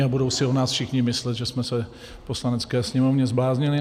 A budou si o nás všichni myslet, že jsme se v Poslanecké sněmovně zbláznili.